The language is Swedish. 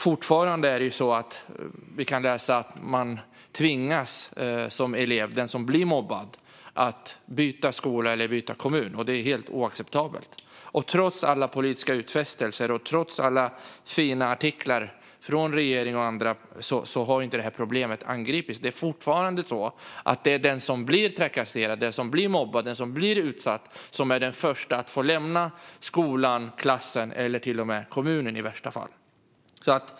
Fortfarande kan vi läsa att den elev som blir mobbad tvingas byta skola eller byta kommun. Det är helt oacceptabelt. Trots alla politiska utfästelser och trots alla fina artiklar från regering och andra har inte detta problem angripits. Det är fortfarande den som blir trakasserad, den som bli mobbad, den som blir utsatt som är den första att få lämna skolan, klassen eller till och med kommunen, i värsta fall.